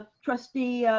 trustee,